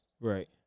right